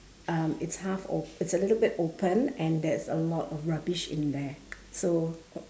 um it's half op~ it's a little bit open and there is a lot of rubbish in there so